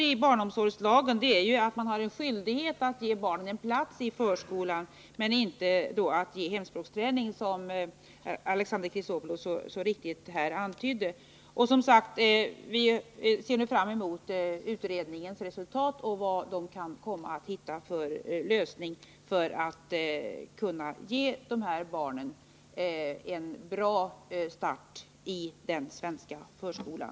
I barnomsorgslagen står det att man har skyldighet att ge barnen plats i förskolan, men det står inte att man har skyldighet att ge dem hemspråksträning, som Alexander Chrisopoulus här så riktigt antydde. Vi ser nu som sagt fram emot utredningens resultat och den lösning som den kan komma att finna för att vi skall kunna ge de här barnen en god start i den svenska förskolan.